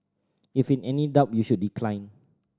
if in any doubt you should decline